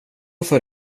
för